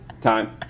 Time